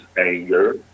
anger